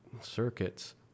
circuits